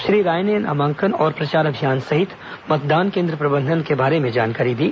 श्री राय ने नामांकन और प्रचार अभियान सहित मतदान केन्द्र प्रबंधन के बारे में जानकारी दी